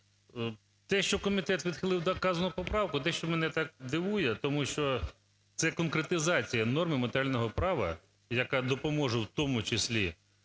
те, що комітет відхилив вказану поправку, дещо мене так дивує, тому що це конкретизація норми матеріального права, яка допоможе у тому числі